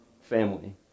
family